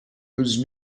whose